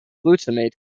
glutamate